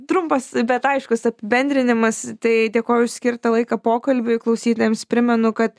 trumpas bet aiškus apibendrinimas tai dėkoju už skirtą laiką pokalbiui klausytojams primenu kad